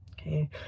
okay